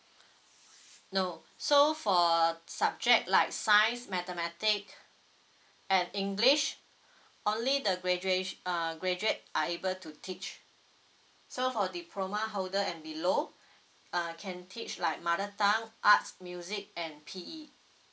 no so for subject like science mathematic and english only the graduatio~ uh graduate are able to teach so for diploma holder and below uh can teach like mother tongue arts music and P_E